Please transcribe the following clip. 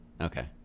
okay